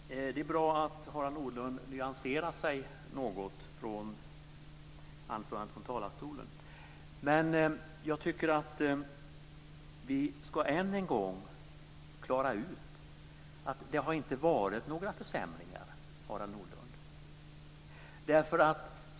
Fru talman! Det är bra att Harald Nordlund nyanserade sig något i förhållande till anförandet från talarstolen. Men jag tycker att vi än en gång ska klara ut att det inte har varit några försämringar, Harald Nordlund.